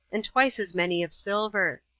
and twice as many of silver.